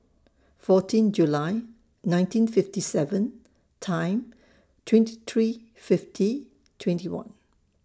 fourteen July nineteen fifty seven Time twenty three fifty twenty one